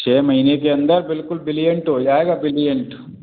छः महीने के अंदर बिल्कुल ब्रिलियंट हो जाएगा ब्रिलिएंट